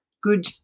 Good